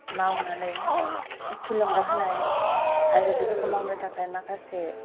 मावनानै थुलुंगा होनाय आरो बेफोरखौ मावनो थाखाय माखासे